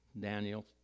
Daniel